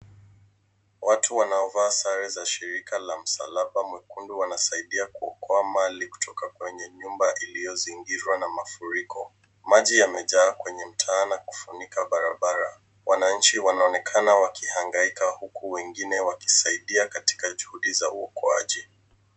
Watu wanaovaa sare za shirika la msalaba mwekundu, wanasaidia kuokoa mali kutoka kwenye nyumba iliyozingishwa na mafuriko. Maji yamejaa kwenye mtaa na kufunika barabara. Wananchi wanaonekana wakihangaika, huku wengine wakisaidia katika juhudi za uokoaji.